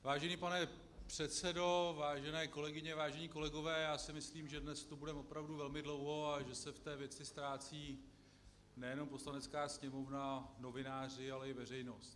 Vážený pane předsedo, vážené kolegyně, vážení kolegové, já si myslím, že dnes tu budeme opravdu velmi dlouho a že se v té věci ztrácí nejenom Poslanecká sněmovna, novináři, ale i veřejnost.